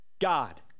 God